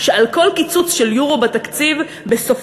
שעל כל קיצוץ של יורו בתקציב בסופו